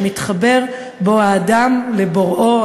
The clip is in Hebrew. שמתחבר בו האדם לבוראו,